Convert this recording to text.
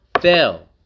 fail